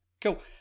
cool